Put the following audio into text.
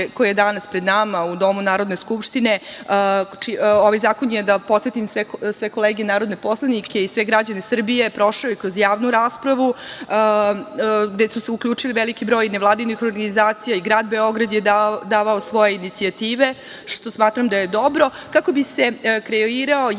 koji je danas pred nama u domu Narodne skupštine, ovaj zakon je, da podsetim sve kolege narodne poslanike i sve građane Srbije, prošao kroz javnu raspravu gde se uključio veliki broj vladinih organizacija i grad Beograd je davao svoje inicijative, što smatram da je dobro, kako bi se kreirao jedan